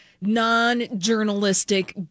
non-journalistic